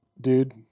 dude